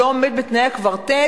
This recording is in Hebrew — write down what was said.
שלא עומד בתנאי הקוורטט,